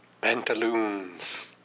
Pantaloons